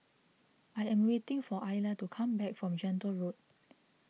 I am waiting for Ayla to come back from Gentle Road